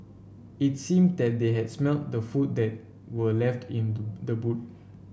it seemed that they had smelt the food that were left in the the boot